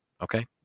Okay